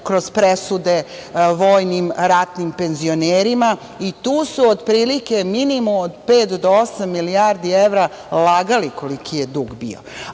kroz presude vojnim, ratnim penzionerima i tu su otprilike, minimum, od pet do osam milijardi evra lagali koliki je dug bio.